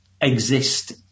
exist